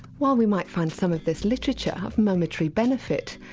while we might find some of this literature of momentary benefit,